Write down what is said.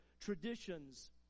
traditions